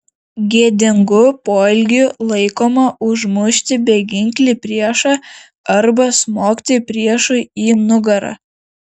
gėdingu poelgiu laikoma užmušti beginklį priešą arba smogti priešui į nugarą